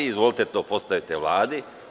Izvolite to postavite Vladi.